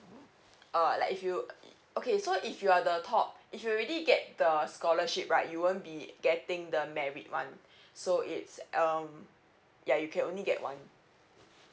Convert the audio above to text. err like if you uh okay so if you're the top if you already get the scholarship right you won't be getting the merit one so it's um ya you can only get one